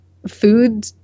food